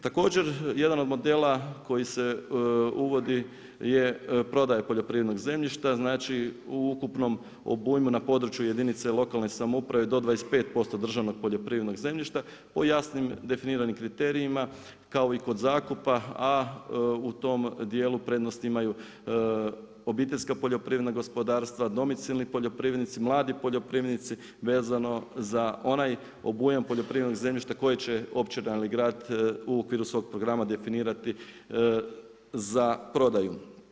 Također jedan od modela koji se uvodi je prodaja poljoprivrednog zemljišta, znači u ukupnom obujmu na području jedinice lokalne samouprave do 25% državnog poljoprivrednog zemljišta po jasnim definiranim kriterijima kao i kod zakupa a u tom dijelu prednost imaju obiteljska poljoprivredna gospodarstva, domicilni poljoprivrednici, mladi poljoprivrednici vezano za onaj obujam poljoprivrednog zemljišta koje će općina ili grad u okviru svog programa definirati za prodaju.